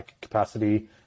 capacity